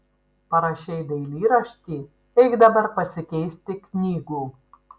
parašei dailyraštį eik dabar pasikeisti knygų